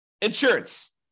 insurance